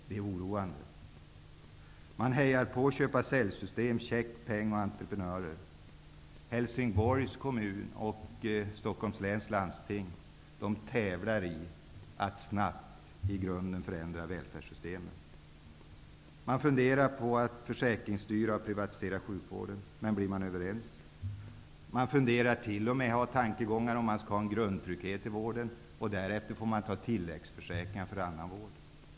Det är oroande. Man hejar på köpa--sälj-system, check-, peng och entreprenörsystem. Helsingsborgs kommun och Stockholms läns landsting tävlar i att snabbt i grunden förändra välfärdssystemen. Regeringen funderar på att försäkringsstyra och privatisera sjukvården. Men blir man överens? Regeringen funderar t.o.m. över att införa en grundtrygghet i vården med tilläggsförsäkringar för annan vård.